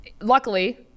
Luckily